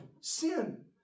sin